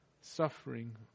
suffering